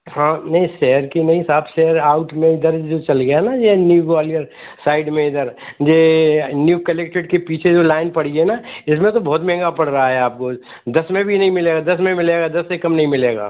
हाँ नहीं शहर की नहीं हिसाब से अगर आउट में इधर जो चल गया ना ये न्यू ग्वालियर साइड में इधर ये न्यू कलेक्टेड के पीछे जो लाइन पड़ी है ना इसमें तो बहुत महंगा पड़ रहा है आपको दस में भी नहीं मिलेगा दस में मिलेगा दस से कम नहीं मिलेगा